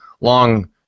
long